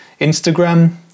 Instagram